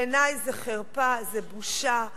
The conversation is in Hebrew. בעיני זו חרפה, זו בושה.